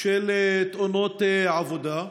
של תאונות עבודה,